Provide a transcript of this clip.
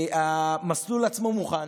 המסלול עצמו מוכן,